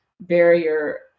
barrier